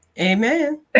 Amen